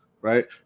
right